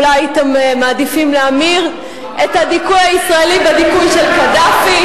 אולי הייתם מעדיפים להמיר את הדיכוי הישראלי בדיכוי של קדאפי.